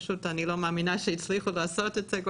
אני לא מאמינה שגורמי המקצוע אצלנו הצליחו לעשות את זה